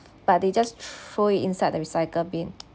but they just throw it inside the recycle bin